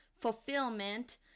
fulfillment